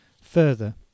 Further